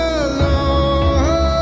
alone